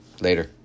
Later